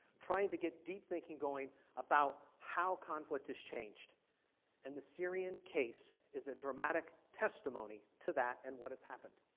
trying to get deep thinking going about how conflict has changed and the syrian case is a dramatic testimony to that and what has happened.